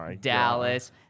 Dallas